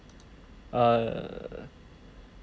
err